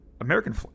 American